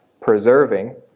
preserving